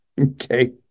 okay